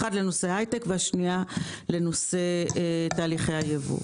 האחת לנושא ההיי-טק והשנייה לנושא תהליכי הייבוא.